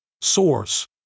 Source